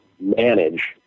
manage